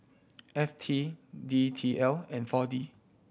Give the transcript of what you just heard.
F T D T L and Four D